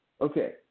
Okay